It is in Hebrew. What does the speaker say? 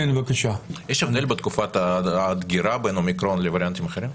יש הבדל בתקופת הדגירה בין האומיקרון לווריאנטים אחרים?